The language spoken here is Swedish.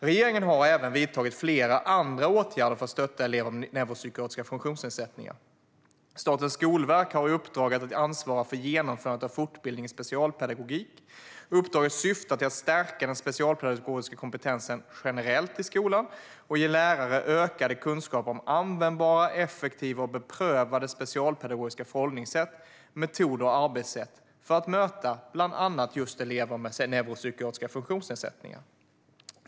Regeringen har även vidtagit flera andra åtgärder för att stötta elever med neuropsykiatriska funktionsnedsättningar. Statens skolverk har i uppdrag att ansvara för genomförandet av fortbildning i specialpedagogik. Uppdraget syftar till att stärka den specialpedagogiska kompetensen generellt i skolan och ge lärare ökade kunskaper om användbara, effektiva och beprövade specialpedagogiska förhållningssätt, metoder och arbetssätt för att möta bland andra elever med neuropsykiatriska funktionsnedsättningar.